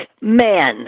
men